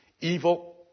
evil